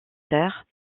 terre